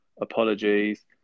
apologies